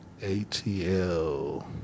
atl